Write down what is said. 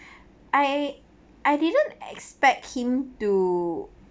I I didn't expect him to